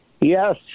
Yes